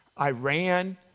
Iran